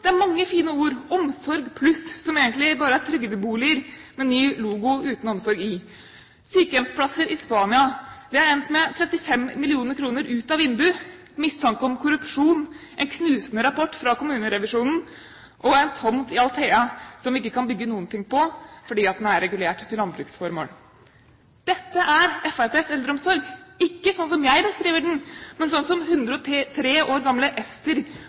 Det er mange fine ord: Omsorg Pluss, som egentlig bare er trygdeboliger med ny logo, uten omsorg. Sykehjemsplasser i Spania har endt med 35 mill. kr ut av vinduet, mistanke om korrupsjon, en knusende rapport fra kommunerevisjonen og en tomt i Altea som man ikke kan bygge noen ting på, fordi den er regulert til landbruksformål. Dette er Fremskrittspartiets eldreomsorg, ikke slik som jeg beskriver den, men slik som 103 år gamle Ester